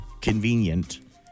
convenient